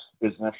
business